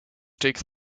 takes